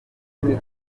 y’ubwo